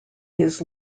his